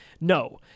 No